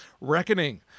Reckoning